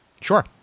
Sure